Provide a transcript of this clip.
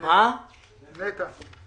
מה אתם הולכים לעשות עם 28 מיליון?